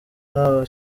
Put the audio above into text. n’aba